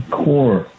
core